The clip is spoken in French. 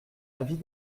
avis